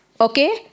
okay